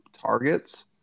targets